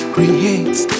Creates